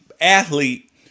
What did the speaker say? athlete